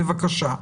בבקשה.